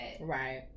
Right